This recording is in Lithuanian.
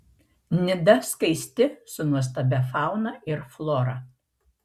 nida skaisti su nuostabia fauna ir flora